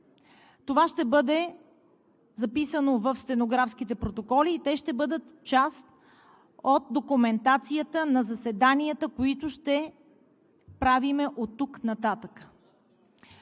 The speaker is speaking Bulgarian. Това ще бъде записано в стенографските протоколи и те ще бъдат част от документацията на заседанията, които ще правим оттук нататък.